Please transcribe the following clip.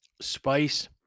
spice